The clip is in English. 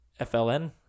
FLN